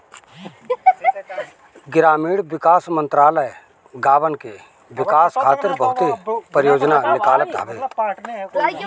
ग्रामीण विकास मंत्रालय गांवन के विकास खातिर बहुते परियोजना निकालत हवे